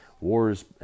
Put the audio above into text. wars